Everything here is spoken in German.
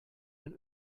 den